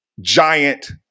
giant